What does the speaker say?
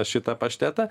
šitą paštetą